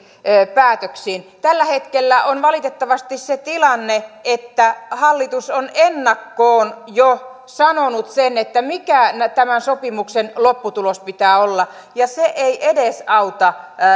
päätöksiin tällä hetkellä on valitettavasti se tilanne että hallitus on ennakkoon jo sanonut sen mikä tämän sopimuksen lopputuloksen pitää olla ja se ei edesauta